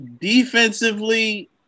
defensively